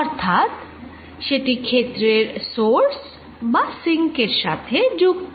অর্থাৎ সেটি ক্ষেত্রের সোর্স বা সিঙ্ক এর সাথে যুক্ত